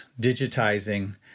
digitizing